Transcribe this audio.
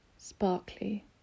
Sparkly